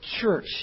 church